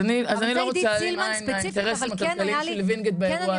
אז אני לא רוצה להעלים עין מהאינטרסים הכלכליים של ווינגיט באירוע הזה.